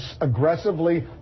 aggressively